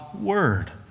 word